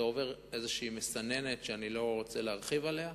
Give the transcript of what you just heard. זה עובר איזו מסננת, שאני לא רוצה להרחיב עליה.